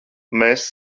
mēs